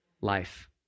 Life